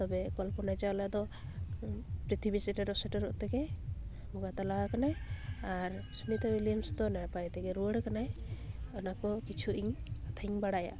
ᱛᱚᱵᱮ ᱠᱚᱞᱯᱚᱱᱟ ᱪᱟᱣᱞᱟ ᱫᱚ ᱯᱨᱤᱛᱷᱤᱵᱤ ᱥᱮᱴᱮᱨᱚᱜ ᱥᱮᱴᱮᱨᱚᱜ ᱛᱮᱜᱮ ᱵᱚᱸᱜᱟ ᱛᱟᱞᱟᱣᱟᱠᱟᱱᱟᱭ ᱟᱨ ᱥᱩᱱᱤᱛᱟ ᱩᱭᱞᱤᱭᱟᱢᱥ ᱫᱚ ᱱᱟᱯᱟᱭ ᱛᱮᱜᱮ ᱨᱩᱣᱟᱹᱲ ᱠᱟᱱᱟᱭ ᱚᱱᱟ ᱠᱚ ᱠᱤᱪᱷᱩ ᱤᱧ ᱠᱟᱛᱷᱟᱧ ᱵᱟᱲᱟᱭᱟ